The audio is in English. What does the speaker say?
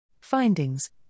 Findings